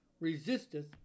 resisteth